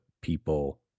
people